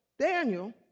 Daniel